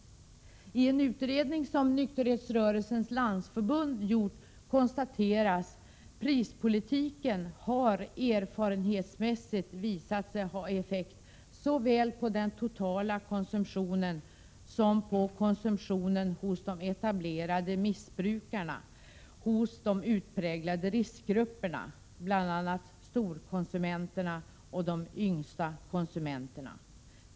I en utredning som Nykterhetsrörelsens Landsförbund gjort konstateras: ”Prispolitiken har erfarenhetsmässigt visat sig ha effekt såväl på den totala konsumtionen som på konsumtionen hos de etablerade missbrukarna hos de utpräglade riskgrupperna, bl.a. storkonsumenterna och de yngsta konsu menterna.